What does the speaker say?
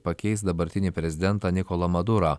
pakeis dabartinį prezidentą nikolą madurą